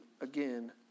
again